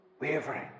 wavering